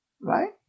right